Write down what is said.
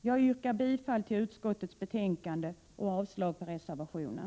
Jag yrkar bifall till utskottets hemställan och avslag på reservationen.